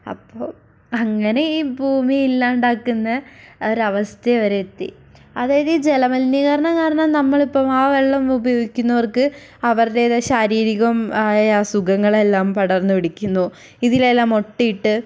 അപ്പോൾ അങ്ങനെ ഈ ഭൂമി ഇല്ലാണ്ടാക്കുന്ന ഒരു അവസ്ഥ വരെ എത്തി അതായത് ഈ ജലമലിനീകരണം കാരണം നമ്മളിപ്പം ആ വെള്ളം ഉപയോഗിക്കുന്നവർക്ക് അവരുടേതും ശാരീരികമായ അസുഖങ്ങളെല്ലാം പടർന്നു പിടിക്കുന്നു ഇതിനെല്ലാം മൊട്ടയിട്ട്